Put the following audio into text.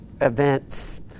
events